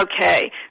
Okay